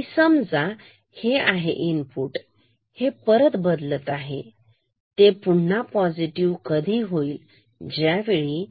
आणि समजा हे आहे इनपुट हे परत बदलत आहे ते पुन्हा पॉझिटिव्ह कधी होईल ज्या वेळी